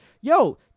yo